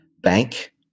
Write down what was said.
bank